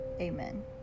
Amen